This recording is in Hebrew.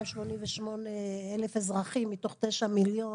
288,000 אזרחים מתוך 9 מיליון.